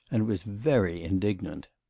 and was very indignant.